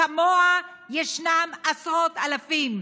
כמוה ישנם עשרות אלפים,